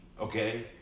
Okay